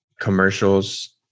commercials